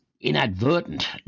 inadvertent